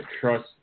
trust